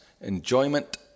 enjoyment